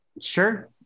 Sure